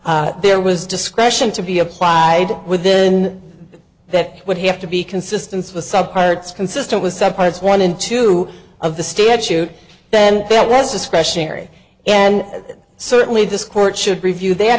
that there was discretion to be applied with then that would have to be consistent with subparts consistent with some parts one in two of the statute then that was discretionary and certainly this court should review th